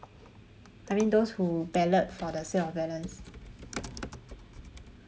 I mean those who ballot for the sale of balance